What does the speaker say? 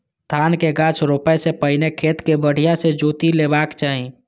धानक गाछ रोपै सं पहिने खेत कें बढ़िया सं जोति लेबाक चाही